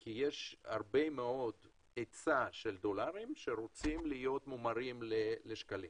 כי יש הרבה היצע של דולרים שרוצים להיות מומרים לשקלים.